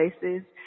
places